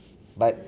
but